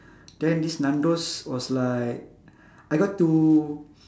then this nando's was like I got to